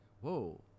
whoa